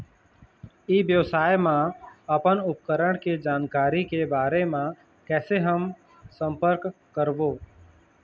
ई व्यवसाय मा अपन उपकरण के जानकारी के बारे मा कैसे हम संपर्क करवो?